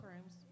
rooms